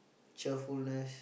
cheerfulness